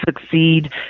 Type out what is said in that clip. succeed